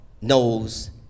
knows